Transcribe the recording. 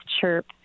CHIRP